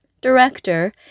director